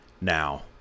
Now